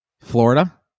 Florida